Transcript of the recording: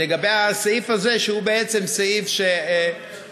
לגבי הסעיף הזה שהוא בעצם סעיף שתובע,